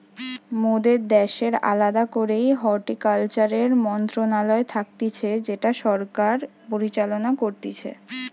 মোদের দ্যাশের আলদা করেই হর্টিকালচারের মন্ত্রণালয় থাকতিছে যেটা সরকার পরিচালনা করতিছে